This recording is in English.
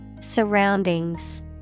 Surroundings